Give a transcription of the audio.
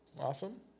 Awesome